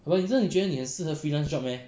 but 你真的觉得你很适合 freelance job meh